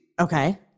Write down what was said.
Okay